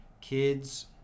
kids